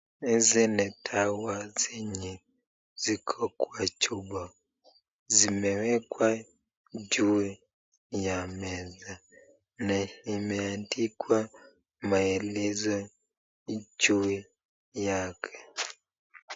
Hizi ni dawa zenye ziko kwa chupa. Zimewekwa juu ya meza na imeandikwa maelezo juu yake.